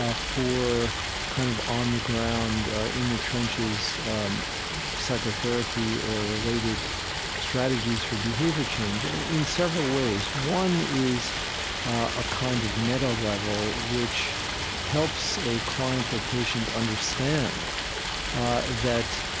ah for kind of on-the-ground, in-the-trenches psychotherapy or related strategies for behavior change in several ways. one is a kind of meta-level which helps a client or patient understand that,